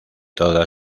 toda